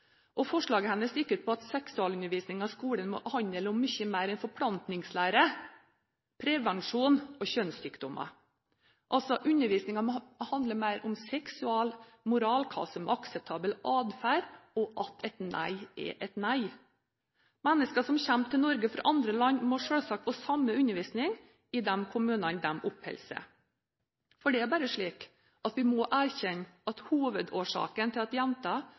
skolesekken». Forslaget hennes gikk ut på at seksualundervisningen i skolen må handle om mye mer enn forplantningslære, prevensjon og kjønnssykdommer. Undervisningen må handle mer om seksualmoral, hva som er akseptabel adferd, og at et nei er et nei. Mennesker som kommer til Norge fra andre land, må selvsagt få samme undervisning i de kommunene de oppholder seg. Vi må erkjenne at hovedårsaken til at